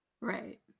right